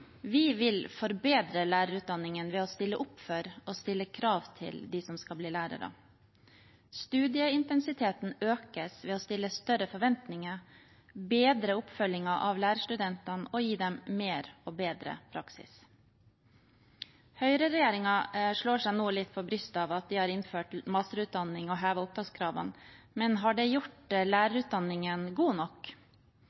Vi vil forbedre lærerutdanningen ved å stille opp for og stille krav til dem som skal bli lærere. Studieintensiteten økes ved å ha større forventninger, bedre oppfølgingen av lærerstudentene og gi dem mer og bedre praksis. Høyreregjeringen slår seg nå litt på brystet med at de har innført masterutdanning og hevet opptakskravene, men har det gjort